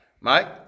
Mike